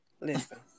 listen